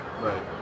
Right